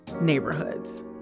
neighborhoods